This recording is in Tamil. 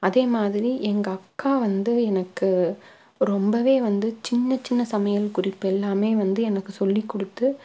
அதே மாதிரி எங்கள் அக்கா வந்து எனக்கு ரொம்பவே வந்து சின்ன சின்ன சமையல் குறிப்பெல்லாமே வந்து எனக்கு சொல்லிக் கொடுத்து